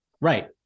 Right